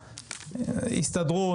יסתדרו,